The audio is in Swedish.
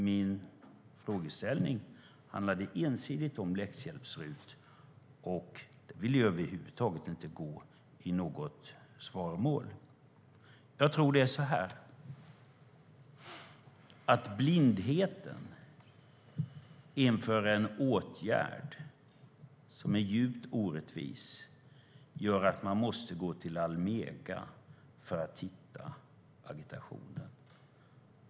Min frågeställning handlade ensidigt om läxhjälps-RUT, och där vill du över huvud taget inte gå i svaromål. Jag tror att det är så här: Blindheten inför en åtgärd som är djupt orättvis gör att man måste gå till Almega för att hitta agitationen.